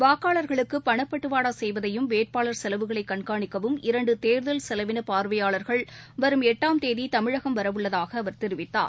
வாக்காளர்களுக்கு பணப்பட்டுவாடா செய்வதையும் வேட்பாளர் செலவுகளை கண்காணிக்கவும் இரண்டு தேர்தல் செலவின பார்வையாளர்கள் வரும் எட்டாம் தேதி தமிழகம் வரவுள்ளதாக அவர் தெரிவித்தார்